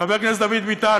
חבר הכנסת דוד ביטן,